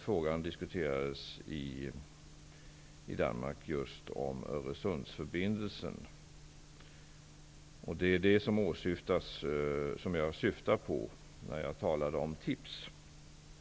Då diskuterades i Danmark just frågan om Öresundsförbindelsen. Det var det jag syftade på när jag talade om tips.